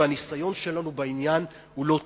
והניסיון שלנו בעניין הוא לא טוב.